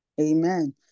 Amen